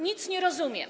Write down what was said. Nic nie rozumiem.